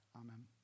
Amen